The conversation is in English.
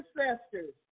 ancestors